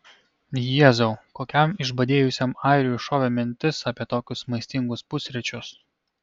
jėzau kokiam išbadėjusiam airiui šovė mintis apie tokius maistingus pusryčius